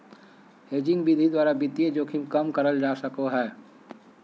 hedging विधि द्वारा वित्तीय जोखिम कम करल जा सको हय